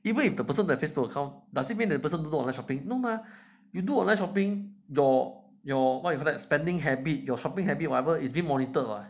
even if the person don't have Facebook account doesn't mean that person don't do online shopping no mah you do online shopping your your spending habit your shopping habit whatever is still monitored [what]